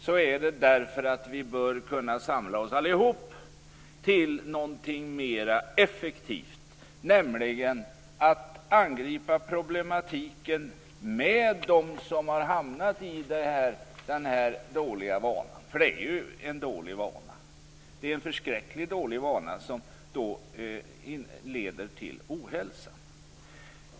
Jag säger det för att vi allihop bör kunna samla oss till någonting mer effektivt, nämligen att angripa problemet med dem som har hamnat i den dåliga vanan. Det är ju en förskräckligt dålig vana som leder till ohälsa.